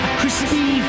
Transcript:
crispy